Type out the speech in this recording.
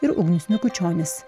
ir ugnius mikučionis